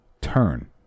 turn